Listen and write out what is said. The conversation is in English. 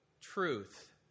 truth